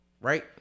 right